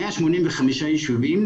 185 יישובים,